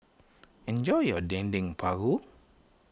enjoy your Dendeng Paru